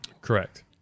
correct